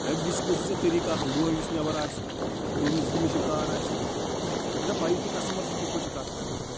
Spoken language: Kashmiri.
ایٹ لیٖشٹہٕ گۄسُے ژےٚ طٔریٖقہٕ آسُن دۄہٕے یُس نیٚبر آسہِ دُ ییٚمِس ییٚمِس یہِ کار آسہِ ژےٚ چھے نَہ پیی کہِ کسٹَمَرس سۭتۍ کِتھٕ پٲٹھۍ چھِ کتھ کَرٕنۍ